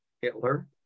hitler